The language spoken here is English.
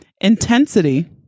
intensity